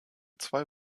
zwei